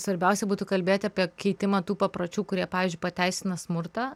svarbiausia būtų kalbėti apie keitimą tų papročių kurie pavyzdžiui pateisina smurtą